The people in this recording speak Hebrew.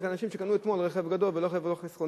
לאנשים שקנו אתמול רכב גדול ולא חסכוני.